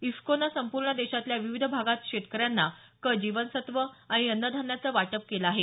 इफकोनं संपूर्ण देशातल्या विविध भागात शेतकऱ्यांना क जीवनसत्व आणि अन्नधान्याचं वाटप केलं आहे